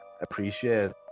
appreciate